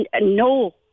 no